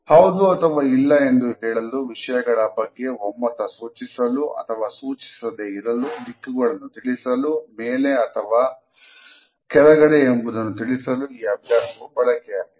ಹೌದು ಅಥವಾ ಇಲ್ಲ ಎಂದು ಹೇಳಲು ವಿಷಯಗಳ ಬಗ್ಗೆ ಒಮ್ಮತ ಸೂಚಿಸಲು ಅಥವಾ ಸೂಚಿಸದೆ ಇರಲು ದಿಕ್ಕುಗಳನ್ನು ತಿಳಿಸಲು ಮೇಲೆ ಅಥವಾ ಕೆಳಗಡೆ ಎಂಬುದನ್ನು ತಿಳಿಸಲು ಈ ಅಭ್ಯಾಸವು ಬಳಕೆಯಾಗಿದೆ